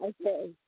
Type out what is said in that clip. Okay